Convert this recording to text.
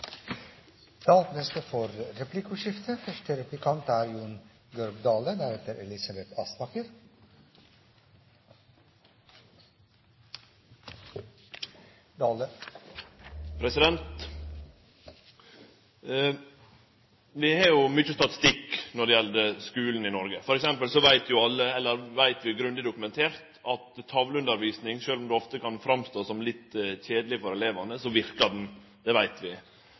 Vi har jo mykje statistikk når det gjeld skulen i Noreg. For eksempel veit vi det er grundig dokumentert at tavleundervisning, sjølv om ho ofte kan synast litt kjedeleg for elevane, verkar. Vi veit ikkje like mykje om korleis IKT-bruk i skulen slår ut. Meiner statsråden at vi